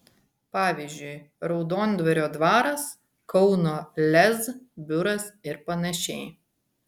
pavyzdžiui raudondvario dvaras kauno lez biuras ir panašiai